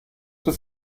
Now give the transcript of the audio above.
was